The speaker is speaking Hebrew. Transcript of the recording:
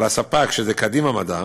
על הספק, שזה קדימה מדע,